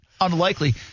Unlikely